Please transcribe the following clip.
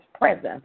presence